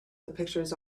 pictures